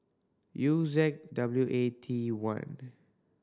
U Z W A T one